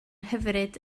hyfryd